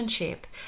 relationship